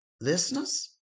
listeners